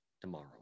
tomorrow